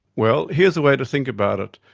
well, here's the way to think about it.